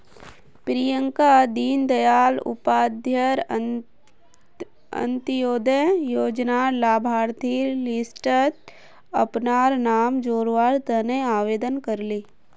प्रियंका दीन दयाल उपाध्याय अंत्योदय योजनार लाभार्थिर लिस्टट अपनार नाम जोरावर तने आवेदन करले